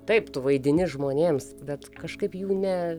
taip tu vaidini žmonėms bet kažkaip jų ne